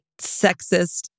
sexist